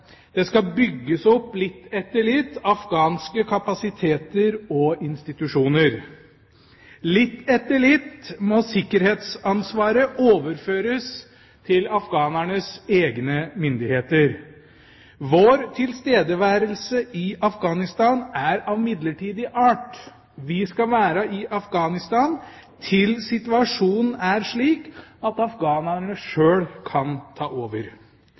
skal bygges opp litt etter litt. Litt etter litt må sikkerhetsansvaret overføres til afghanernes egne myndigheter. Vår tilstedeværelse i Afghanistan er av midlertidig art. Vi skal være i Afghanistan til situasjonen er slik at afghanerne sjøl kan ta over.